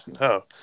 No